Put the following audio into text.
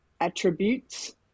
attributes